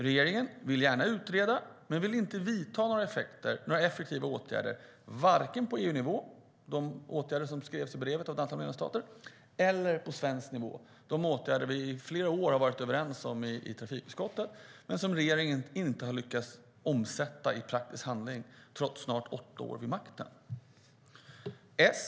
Regeringen vill gärna utreda, men vill inte vidta några effektiva åtgärder vare sig på EU-nivå - sådana som det skrevs om i brevet av ett antal medlemsstater - eller på svensk nivå. Detta är åtgärder som vi i flera år har varit överens om i trafikutskottet men som regeringen inte har lyckats omsätta i praktisk handling trots snart åtta år vid makten.